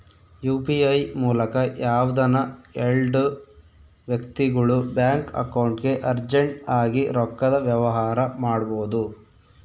UPI ಮೂಲಕ ಯಾವ್ದನ ಎಲ್ಡು ವ್ಯಕ್ತಿಗುಳು ಬ್ಯಾಂಕ್ ಅಕೌಂಟ್ಗೆ ಅರ್ಜೆಂಟ್ ಆಗಿ ರೊಕ್ಕದ ವ್ಯವಹಾರ ಮಾಡ್ಬೋದು